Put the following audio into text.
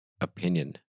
opinion